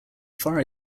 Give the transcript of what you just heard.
far